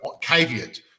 caveat